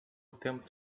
attempt